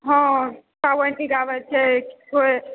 हँ सावङ्की गाबैत छै कोइ